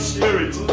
Spirit